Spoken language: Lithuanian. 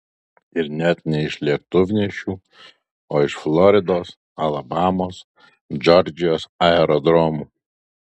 ir net ne iš lėktuvnešių o iš floridos alabamos džordžijos aerodromų